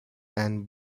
and